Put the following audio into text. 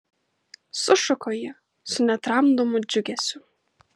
sušuko ji su netramdomu džiugesiu